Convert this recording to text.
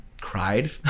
cried